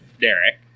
Derek